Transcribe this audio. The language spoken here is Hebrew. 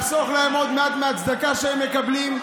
לחסוך להם עוד מעט מהצדקה שהם מקבלים.